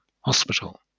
hospital